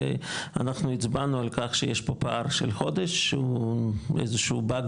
אנחנו הצבענו על כך שיש פה פער של חודש שזה איזשהו באג